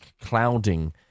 clouding